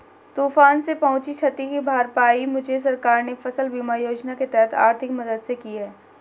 तूफान से पहुंची क्षति की भरपाई मुझे सरकार ने फसल बीमा योजना के तहत आर्थिक मदद से की है